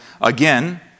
again